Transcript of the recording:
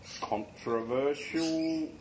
controversial